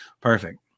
perfect